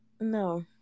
no